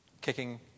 kicking